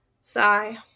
sigh